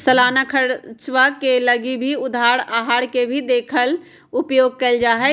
सालाना खर्चवा के लगी भी उधार आहर के ही उपयोग कइल जाहई